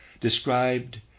described